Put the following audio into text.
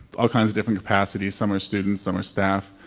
all kinds of different capacities, some are students, some are staff,